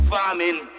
Farming